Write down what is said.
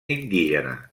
indígena